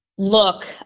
look